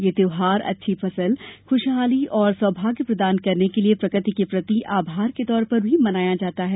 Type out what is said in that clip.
यह त्यौहार अच्छी फसल खुशहाली और सौभाग्य प्रदान करने के लिए प्रकृति के प्रति आभार के तौर पर भी मनाया जाता है